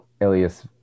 alias